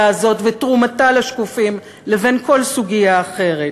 הזאת ותרומתה לשקופים לבין כל סוגיה אחרת.